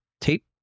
tape